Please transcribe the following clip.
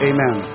Amen